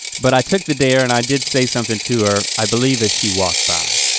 but i took the dare and i did say something to her. i believe that she walked by.